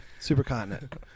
Supercontinent